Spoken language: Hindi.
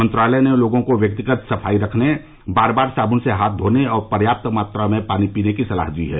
मंत्रालय ने लोगों को व्यक्तिगत सफाई रखने बार बार साबुन से हाथ धोने और पर्याप्त पानी पीने की सलाह दी है